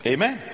Amen